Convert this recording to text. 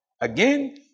Again